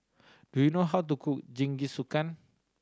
do you know how to cook Jingisukan